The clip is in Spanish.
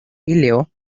píleo